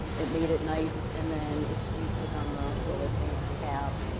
it made it nice. and then, if you click on the little advance tab,